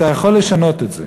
אתה יכול לשנות את זה,